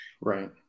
right